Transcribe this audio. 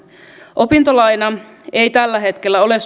opintolaina ei tällä hetkellä ole